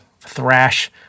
thrash